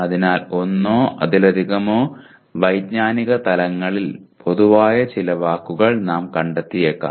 അതിനാൽ ഒന്നോ അതിലധികമോ വൈജ്ഞാനിക തലങ്ങളിൽ പൊതുവായ ചില വാക്കുകൾ നാം കണ്ടെത്തിയേക്കാം